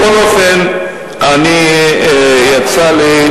בכל אופן, יצא לי,